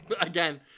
again